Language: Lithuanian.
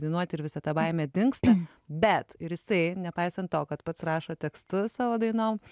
dainuot ir visa ta baimė dingsta bet ir jisai nepaisant to kad pats rašo tekstus savo dainom